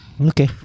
Okay